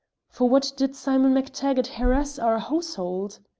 for what did simon mactaggart harass our household?